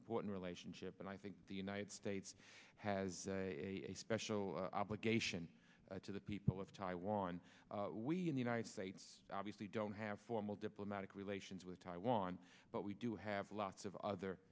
important relationship and i think the united states has a special obligation to the people of taiwan we in the united states obviously don't have formal diplomatic relations with taiwan but we do have lots of other